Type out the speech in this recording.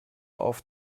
auf